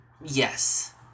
Yes